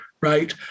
right